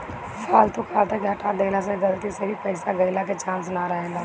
फालतू खाता के हटा देहला से गलती से भी पईसा गईला के चांस ना रहेला